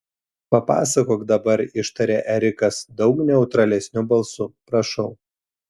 papasakok dabar ištarė erikas daug neutralesniu balsu prašau